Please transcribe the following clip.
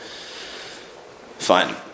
Fine